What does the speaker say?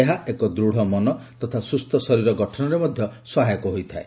ଏହା ଏକ ଦୃଢ଼ ମନ ତଥା ସୁସ୍ଥ ଶରୀର ଗଠନରେ ମଧ୍ଧ ସହାୟକ ହୋଇଥାଏ